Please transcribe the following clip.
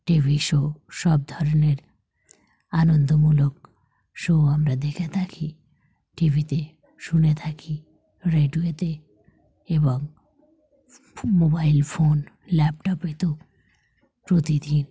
টি V show সব ধরনের আনন্দমূলক শো আমরা দেখে থাকি টি ভিতে শুনে থাকি রেডিওতে এবং মোবাইল ফোন ল্যাপটপে তো প্রতিদিন